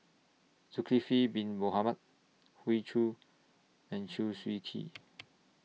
Zulkifli Bin Mohamed Hoey Choo and Chew Swee Kee